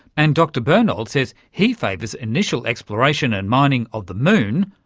and dr bernold says he favours initial exploration and mining of the moon,